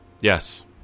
Yes